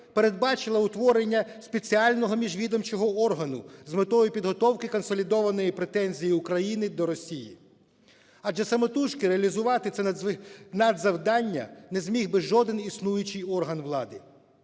передбачила утворення спеціального міжвідомчого органу з метою підготовки консолідованої претензії України до Росії. Адже самотужки реалізувати це надзавдання не зміг би жоден існуючий орган влади.